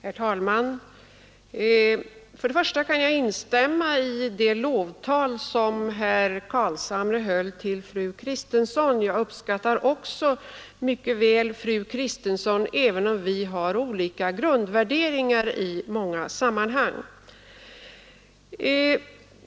Åtgärder mot Herr talman! Först kan jag instämma i det lovtal som herr Carlshamre brottsligheten höll till fru Kristensson. Jag uppskattar också mycket fru Kristensson, m.m. även om vi har olika grundvärderingar.